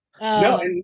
No